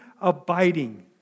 abiding